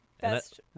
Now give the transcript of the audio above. best